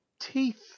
teeth